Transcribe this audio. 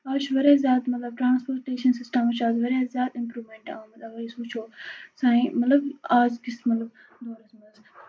آز چھُ واریاہ زیادٕ مَطلب ٹرٛانٕسپوٹیشَن سِسٹَمَس چھِ آز واریاہ زیادٕ اِمپروٗمٮ۪نٛٹ آمٕژ اگر أسۍ وٕچھو سانہِ مطلب آزکِس مطلب دورس منٛز